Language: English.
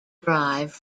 drive